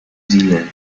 zealand